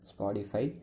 Spotify